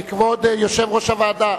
כבוד יושב-ראש הוועדה,